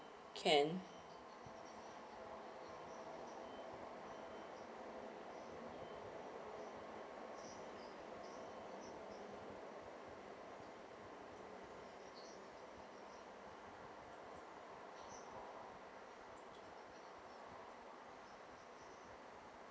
can